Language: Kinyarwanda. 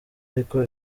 ariko